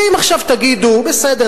ואם עכשיו תגידו: בסדר,